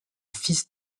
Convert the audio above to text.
fils